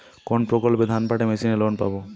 কোন প্রকল্পে ধানকাটা মেশিনের লোন পাব?